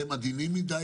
אתם עדינים מדי,